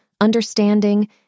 understanding